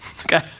okay